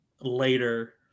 later